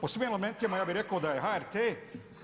Po svim elementima ja bih rekao da je HRT